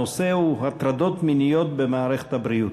הנושא הוא: הטרדות מיניות במערכת הבריאות.